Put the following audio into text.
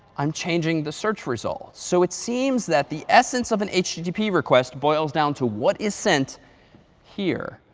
i'm changing the search result. so it seems that the essence of an http request boils down to what is sent here.